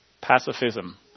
pacifism